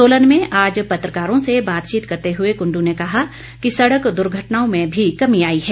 सोलन में आज पत्रकारों से बातचीत करते हुए कुंडू ने कहा कि सड़क दुर्घटनाओं में भी कमी आई है